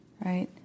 right